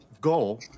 goal